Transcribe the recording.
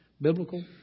biblical